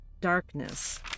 Darkness